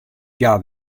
hja